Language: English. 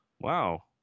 wow